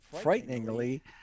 frighteningly